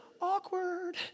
Awkward